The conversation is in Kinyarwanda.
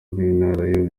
nari